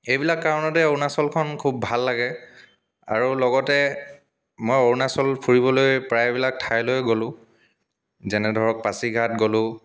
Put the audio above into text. এইবিলাক কাৰণতে অৰুণাচলখন খুব ভাল লাগে আৰু লগতে মই অৰুণাচল ফুৰিবলৈ প্ৰায়বিলাক ঠাইলৈ গ'লোঁ যেনে ধৰক পাছিঘাট গ'লোঁ